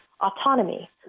autonomy